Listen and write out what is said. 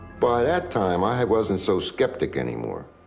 by that time, i wasn't so skeptic anymore,